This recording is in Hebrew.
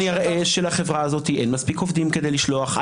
אני אראה שלחברה הזאת אין מספיק עובדים כדי לשלוח.